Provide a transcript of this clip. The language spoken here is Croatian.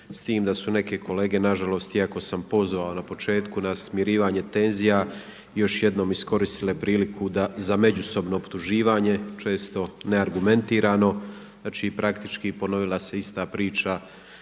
s tim da su neke kolege nažalost iako sam pozvao na početku na smirivanje tenzija, još jednom iskoristile priliku za međusobno optuživanje, često neargumentirano, znači praktički ponovila se ista priča